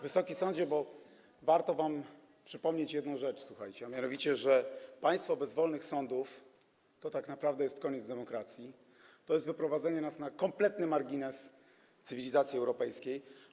Wysoki Sądzie, bo warto wam przypomnieć jedną rzecz, słuchajcie, a mianowicie to, że państwo bez wolnych sądów to tak naprawdę jest koniec demokracji, to jest wyprowadzenie nas na kompletny margines cywilizacji europejskiej.